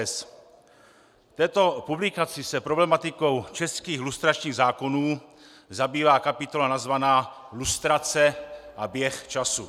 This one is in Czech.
V této publikaci se problematikou českých lustračních zákonů zabývá kapitola nazvaná Lustrace a běh času.